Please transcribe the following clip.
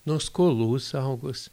nuo skolų saugos